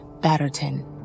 Batterton